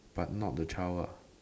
but not the child what